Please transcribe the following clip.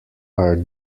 are